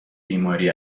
بیماری